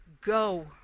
Go